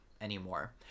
anymore